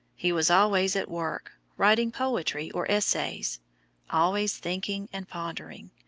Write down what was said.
he was always at work, writing poetry or essays always thinking and pondering,